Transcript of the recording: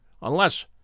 unless